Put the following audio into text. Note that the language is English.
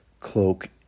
Cloak